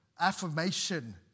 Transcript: affirmation